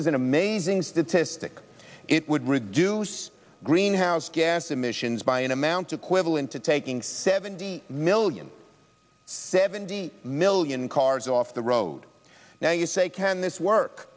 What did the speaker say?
is an amazing statistic it would reduce greenhouse gas emissions by an amount equivalent to taking seventy million seventy million cars off the road now you say can this work